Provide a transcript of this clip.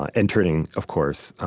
ah and turning, of course,